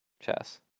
Chess